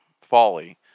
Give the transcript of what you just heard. folly